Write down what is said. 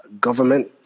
government